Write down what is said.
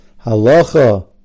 halacha